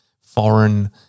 foreign